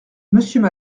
monsieur